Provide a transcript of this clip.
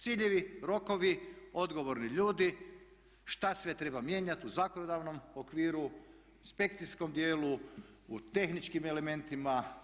Ciljevi, rokovi, odgovorni ljudi šta sve treba mijenjati u zakonodavnom okviru, spekcijskom djelu, u tehničkim elementima.